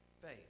faith